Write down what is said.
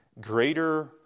greater